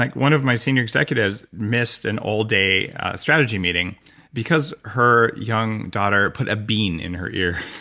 like one of my senior executives missed an all-day strategy meeting because her young daughter put a bead in her ear.